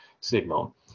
signal